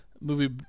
movie